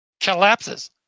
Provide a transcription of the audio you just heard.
collapses